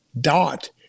dot